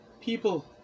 people